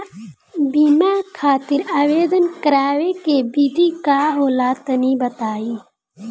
बीमा खातिर आवेदन करावे के विधि का होला तनि बताईं?